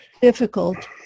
difficult